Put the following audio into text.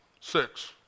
Six